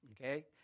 Okay